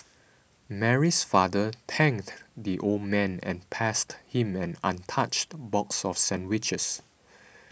Mary's father thanked the old man and passed him an untouched box of sandwiches